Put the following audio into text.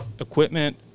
equipment